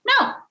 No